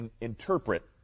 interpret